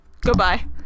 Goodbye